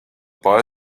boy